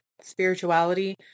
spirituality